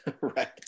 Right